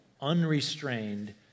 unrestrained